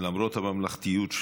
למרות הממלכתיות,